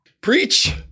Preach